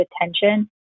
attention